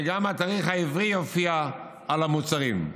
גם התאריך העברי יופיע על המוצרים.